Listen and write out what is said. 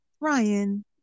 Ryan